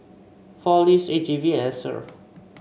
Four Leaves A G V and Acer